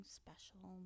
special